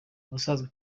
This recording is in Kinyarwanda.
ubusanzwe